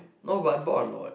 no but I bought a lot